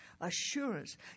assurance